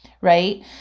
right